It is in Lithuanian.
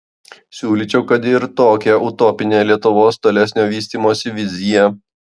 siūlyčiau kad ir tokią utopinę lietuvos tolesnio vystymosi viziją